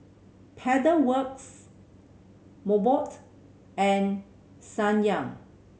Pedal Works Mobot and Ssangyong